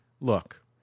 Look